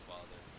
Father